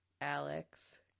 Alex